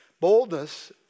Boldness